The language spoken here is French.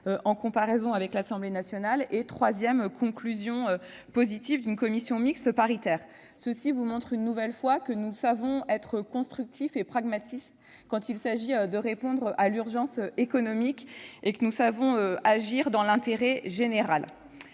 à celles de l'Assemblée nationale -, et troisième conclusion positive d'une commission mixte paritaire ! Cela vous montre une nouvelle fois que nous savons être constructifs et pragmatiques quand il s'agit de répondre à l'urgence économique et d'agir dans l'intérêt général.